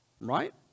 Right